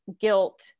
guilt